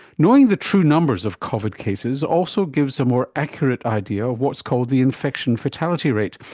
knowing the true numbers of covid cases also gives a more accurate idea of what's called the infection fatality rate,